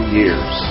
years